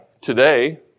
today